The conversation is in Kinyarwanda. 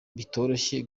bitoroshye